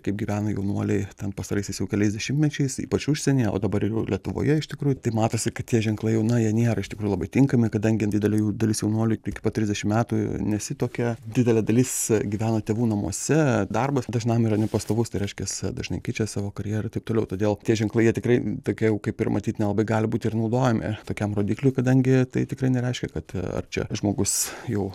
kaip gyvena jaunuoliai ten pastaraisiais jau keliais dešimtmečiais ypač užsienyje o dabar jau lietuvoje iš tikrųjų tai matosi kad tie ženklai jau na jie nėra ištikrųjų labai tinkami kadangi didelė dalis jaunuolių iki pat trisdešim metų nesituokia didelė dalis gyvena tėvų namuose darbas dažnam yra ne pastovus tai reiškias dažnai keičia savo karjerą taip toliau todėl tie ženklai jie tikrai tokie jau kaip ir matyt nelabai gali būti ir naudojami tokiam rodikliui kadangi tai tikrai nereiškia kad a čia žmogus jau